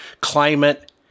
climate